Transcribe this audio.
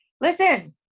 Listen